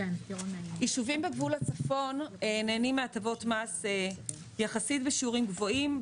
ישובים בגבול הצפון נהנים מהטבות מס יחסית בשיעורים גבוהים,